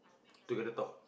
together talk